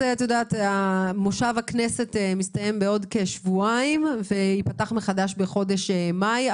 מושב הכנסת מסתיים בעוד כשבועיים וייפתח מחדש בחודש מאי.